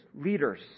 leaders